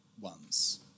ones